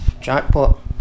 jackpot